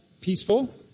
peaceful